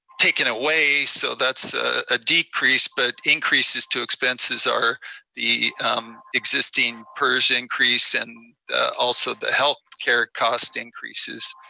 taken away, so that's a decrease, but increases to expenses are the existing pers increase, and also the healthcare cost increases.